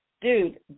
dude